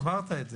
אמרת את זה.